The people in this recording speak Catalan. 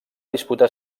disputar